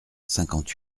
cinquante